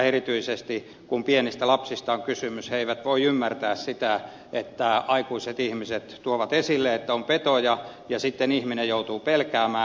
erityisesti kun pienistä lapsista on kysymys he eivät voi ymmärtää sitä että aikuiset ihmiset tuovat esille että on petoja ja sitten ihminen joutuu niitä pelkäämään